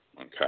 Okay